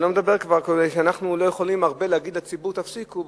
אני כבר לא מדבר על זה שאנחנו לא יכולים להגיד לציבור "תפסיקו",